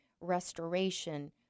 restoration